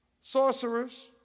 sorcerers